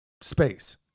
space